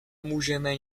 můžeme